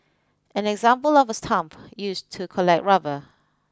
an example of a stump used to collect rubber